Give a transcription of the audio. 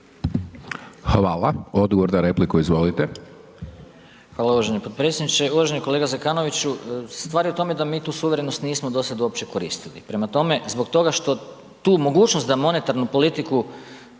**Aleksić, Goran (SNAGA)** Hvala, uvaženi potpredsjedniče. Uvaženi kolega Zekanoviću, stvar je u tome da mi tu suverenost nismo do sada uopće koristili prema tome, zbog toga što tu mogućnost da monetarnu politiku